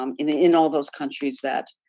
um in ah in all those countries that,